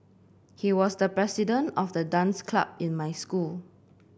he was the president of the dance club in my school